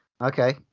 okay